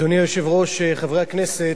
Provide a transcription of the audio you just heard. אדוני היושב-ראש, חברי הכנסת,